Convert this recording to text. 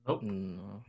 Nope